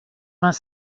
vingt